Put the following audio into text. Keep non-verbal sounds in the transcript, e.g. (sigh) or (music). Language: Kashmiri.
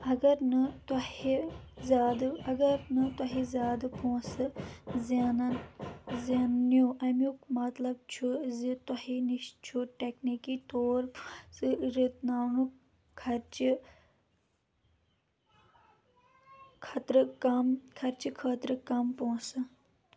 اگر نہٕ تۄہہِ زیادٕ اگر نہٕ تۄہہِ زیادٕ پونٛسہٕ زینان زینِو اَمیُک مطلب چھُ زِ تۄہہِ نِش چھُ ٹکنیٖکی طور پر (unintelligible) خَرچہِ خٲطرٕ کم خَرچہِ خٲطرٕ کم پونٛسہٕ